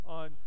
on